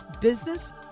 business